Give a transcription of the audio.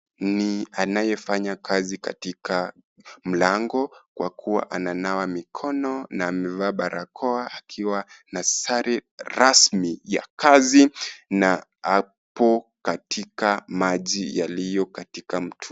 Ni anaye fanya kazi katika mlango kwa kuwa ananawa mikono na amevaa barakoa, akiwa na sare rasmi ya kazi na apo katika maji yaliyo katika mtu...